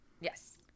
yes